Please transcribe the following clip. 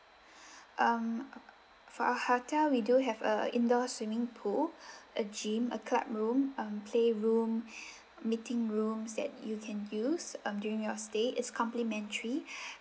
um for our hotel we do have a indoor swimming pool a gym a club room um play room meeting rooms that you can use um during your stay is complimentary